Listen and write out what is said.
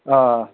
آ